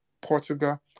Portugal